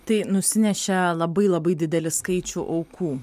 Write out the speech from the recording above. tai nusinešė labai labai didelį skaičių aukų